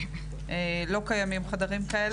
לא קיימים חדרים כאלה.